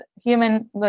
human